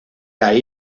ahí